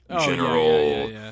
general